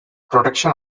protection